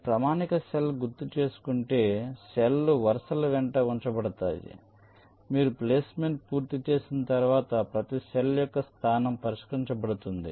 మీరు ప్రామాణిక సెల్ గుర్తుచేసుకుంటే సెల్ లు వరుసల వెంట ఉంచబడతాయి కాబట్టి మీరు ప్లేస్మెంట్ పూర్తి చేసిన తర్వాత ప్రతి సెల్ యొక్క స్థానం పరిష్కరించబడుతుంది